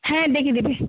হ্যাঁ দেখিয়ে দেবে